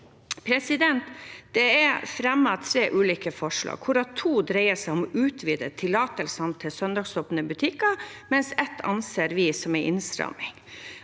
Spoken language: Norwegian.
arbeidet. Det er fremmet tre ulike forslag, hvorav to dreier seg om å utvide tillatelsene til søndagsåpne butikker, mens ett anses som en innstramming.